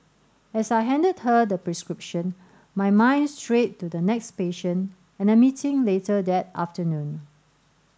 as I handed her the prescription my mind strayed to the next patient and a meeting later that afternoon